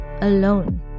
alone